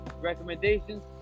recommendations